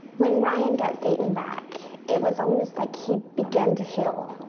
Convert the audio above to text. when ryan got satan back, it was almost like he began to heal.